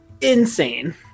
insane